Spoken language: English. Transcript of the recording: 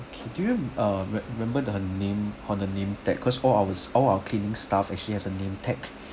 okay do you uh remem~ remember the name on the name tag cause all our all our cleaning staff actually has a name tag